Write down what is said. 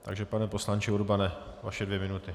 Takže pane poslanče Urbane, vaše dvě minuty.